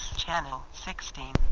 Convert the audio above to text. channel sixteen.